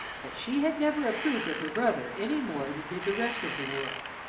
but she had never approved of her brother any more than did the rest of the world,